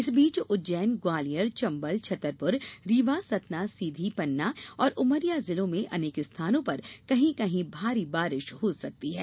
इस बीच उज्जैन ग्वालियर चम्बल छतरपुर रीवा सतना सीधी पन्ना और उमरिया जिलों में अनेक स्थानों पर कहीं कहीं भारी बारिश हो सकती है